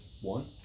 one